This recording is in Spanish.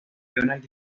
cuestiona